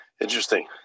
Interesting